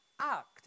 act